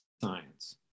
science